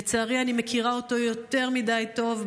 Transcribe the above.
לצערי, אני מכירה אותו יותר מדי טוב.